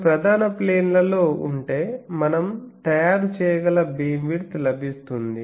రెండు ప్రధాన ప్లేన్ లలో ఉంటే మనం తయారు చేయగల బీమ్విడ్త్ లభిస్తుంది